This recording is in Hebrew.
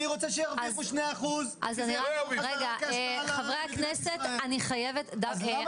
אני רוצה שירוויחו 2% כי זה יבוא בחזרה --- אז למה